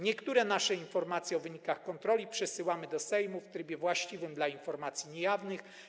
Niektóre nasze informacje o wynikach kontroli przesyłamy do Sejmu w trybie właściwym dla informacji niejawnych.